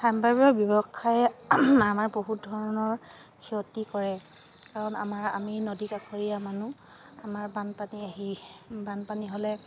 সম্ভাব্য ব্যৱসায়ে আমাৰ বহুত ধৰণৰ ক্ষতি কৰে কাৰণ আমাৰ আমি নদীকাষৰীয়া মানুহ আমাৰ বানপানী আহি বানপানী হ'লে